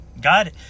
God